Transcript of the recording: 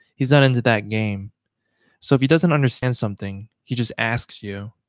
he's not into that game so if he doesn't understand something, he just asks you.